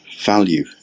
value